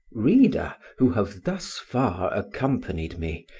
reader, who have thus far accompanied me,